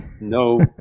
no